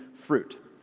fruit